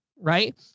right